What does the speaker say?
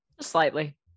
slightly